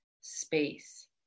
space